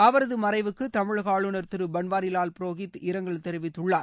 அவரது மறைவுக்கு தமிழக ஆளுநர் திரு பன்வாரிலால் புரோகித் இரங்கல் தெரிவித்துள்ளார்